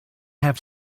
have